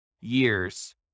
years